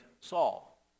Saul